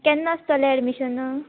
केन्ना आसतलें एडमिशन